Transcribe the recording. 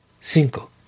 cinco